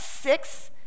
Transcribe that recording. six